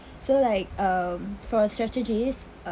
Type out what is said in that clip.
so like um for strategies